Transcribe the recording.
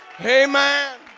Amen